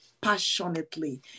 passionately